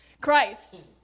Christ